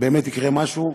באמת יקרה משהו,